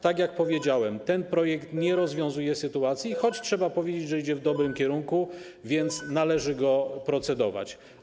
Tak jak powiedziałem, ten projekt nie rozwiązuje sytuacji, choć trzeba powiedzieć, że idzie w dobrym kierunku, więc należy nad nim procedować.